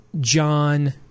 John